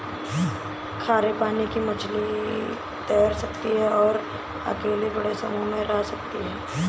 खारे पानी की मछली तैर सकती है और अकेले बड़े समूह में रह सकती है